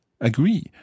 agree